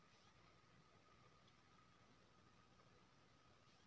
गहुमक सोहारीक बदला बजरा बेसी फायदा करय छै